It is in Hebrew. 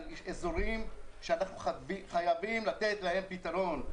אזורים שאנחנו חייבים לתת להם פתרון: